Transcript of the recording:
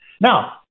Now